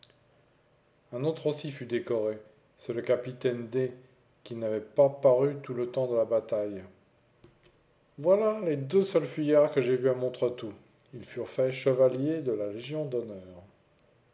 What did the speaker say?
un autre aussi fut décoré c'est le capitaine d qui n'avait pas paru tout le temps de la bataille voilà les deux seuls fuyards que j'aie vus à montretout ils furent faits chevaliers de la légion d'honneur